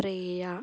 ప్రియ